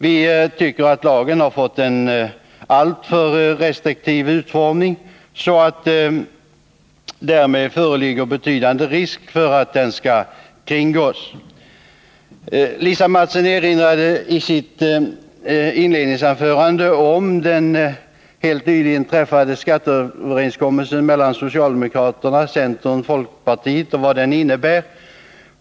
Vi tycker att lagen fått en alltför restriktiv utformning, varmed det föreligger betydande risk att den skall kringgås. Lisa Mattson erinrade i sitt inledningsanförande om vad den helt nyligen träffade skatteöverenskommelsen mellan socialdemokraterna, centern och folkpartiet innebär.